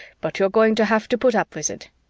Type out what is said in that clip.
but you're going to have to put up with it.